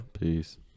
Peace